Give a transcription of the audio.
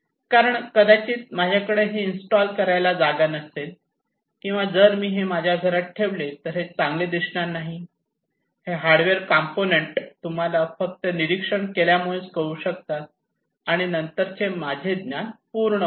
कारण कदाचित माझ्याकडे हे इन्स्टॉल करायला जागा नसेल किंवा जर मी हे माझ्या घरात ठेवले तर हे चांगले दिसणार नाही हे हार्डवेअर कंपोनेंट तुम्हाला फक्त निरीक्षण केल्यामुळेच कळू शकतात आणि नंतरच माझे ज्ञान पूर्ण होते